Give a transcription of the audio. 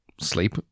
sleep